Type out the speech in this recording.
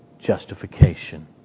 justification